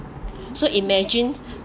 so imagine